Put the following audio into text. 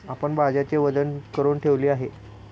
आपण भाज्यांचे वजन करुन ठेवले आहे